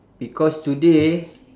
because today